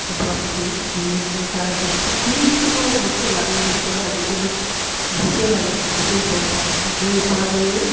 পইচা পাতি দি মানে তাৰ যিকোনো বস্তু লাগে বুলি ক'লে আজিকালি বহুতেই লাগে বহুতেই খৰচা আছে সেই উপাৰ্জনেই